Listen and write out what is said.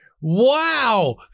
Wow